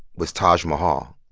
was taj mahal.